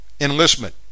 enlistment